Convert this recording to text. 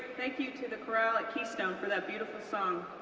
thank you to the corral at keystone for that beautiful song.